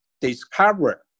discover